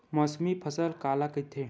मौसमी फसल काला कइथे?